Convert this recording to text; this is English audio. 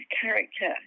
character